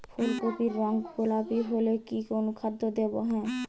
ফুল কপির রং গোলাপী হলে কি অনুখাদ্য দেবো?